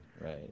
right